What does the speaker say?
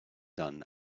done